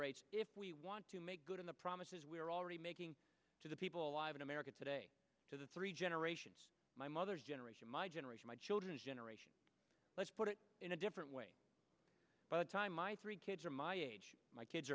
rates if we want to make good on the promises we are already making to the people in america today to the three generations my mother's generation my generation my children's generation let's put it in a different way by the time my three kids are my age my kids